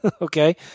okay